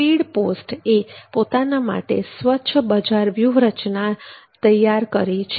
speed post એ પોતાના માટે સ્વચ્છ બજાર વ્યૂહરચના તૈયાર કરી છે